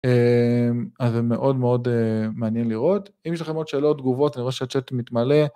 אז זה מאוד מאוד מעניין לראות. אם יש לכם עוד שאלות, תגובות, אני רואה שהצ'אט מתמלא.